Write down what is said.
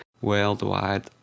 worldwide